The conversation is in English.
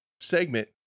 segment